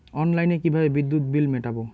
অনলাইনে কিভাবে বিদ্যুৎ বিল মেটাবো?